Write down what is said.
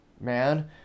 man